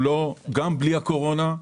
גם בלי הקורונה,